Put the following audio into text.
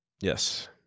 Yes